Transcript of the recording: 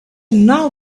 now